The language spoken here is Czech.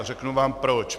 A řeknu vám proč.